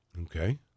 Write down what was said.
Okay